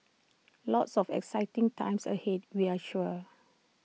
lots of exciting times ahead we're sure